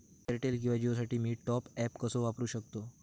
Airtel किंवा जिओसाठी मी टॉप ॲप कसे करु शकतो?